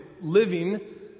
living